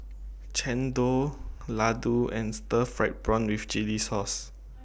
Chendol Laddu and Stir Fried Prawn with Chili Sauce